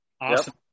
awesome